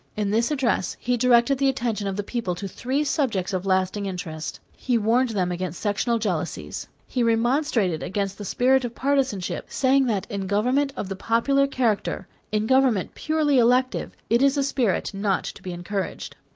in this address he directed the attention of the people to three subjects of lasting interest. he warned them against sectional jealousies. he remonstrated against the spirit of partisanship, saying that in government of the popular character, in government purely elective, it is a spirit not to be encouraged.